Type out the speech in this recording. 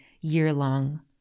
year-long